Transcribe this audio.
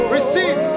Receive